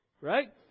Right